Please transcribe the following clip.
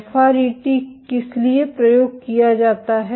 FRET किस लिए प्रयोग किया जाता है